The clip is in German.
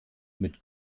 mit